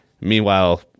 meanwhile